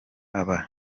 aba